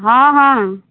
ହଁ ହଁ